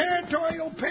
territorial